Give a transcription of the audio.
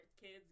kids